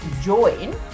join